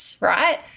right